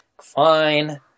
fine